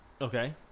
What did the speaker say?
Okay